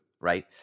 right